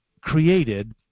created